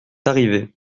arrivé